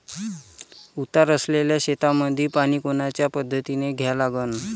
उतार असलेल्या शेतामंदी पानी कोनच्या पद्धतीने द्या लागन?